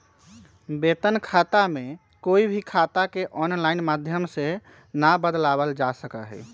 वेतन खाता में कोई भी खाता के आनलाइन माधम से ना बदलावल जा सका हई